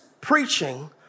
preaching